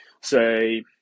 Say